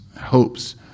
hopes